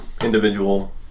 individual